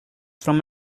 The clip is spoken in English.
from